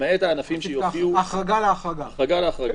למעט הענפים שיופיעו --- החרגה על ההחרגה.